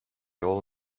all